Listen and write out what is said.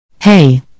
Hey